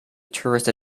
tourist